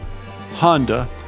Honda